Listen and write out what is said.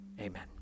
Amen